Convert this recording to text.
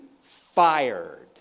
fired